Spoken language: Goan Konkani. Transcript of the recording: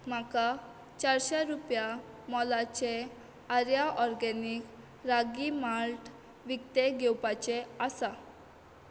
म्हाका चारशे रुपया मोलाचे आर्या ऑर्गेनीक रागी माल्ट विकते घेवपाचें आसा